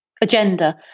agenda